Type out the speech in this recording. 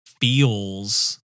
feels